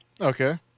Okay